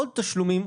עוד תשלומים.